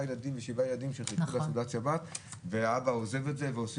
ושבעה ילדים שמחכים לקידוש שבת והאבא עוזב את זה וזה